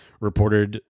reported